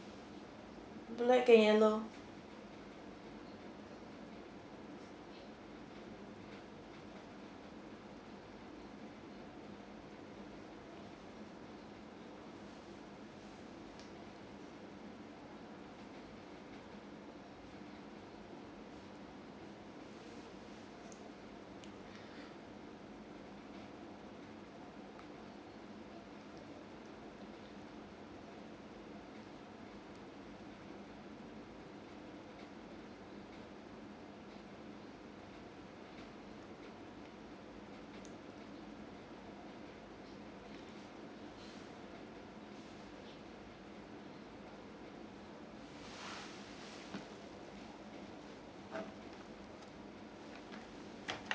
black and yellow